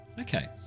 Okay